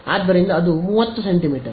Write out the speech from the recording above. ಆದ್ದರಿಂದ ಅದು 30 ಸೆಂಟಿಮೀಟರ್